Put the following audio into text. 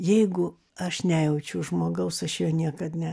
jeigu aš nejaučiu žmogaus aš jo niekad ne